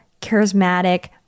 charismatic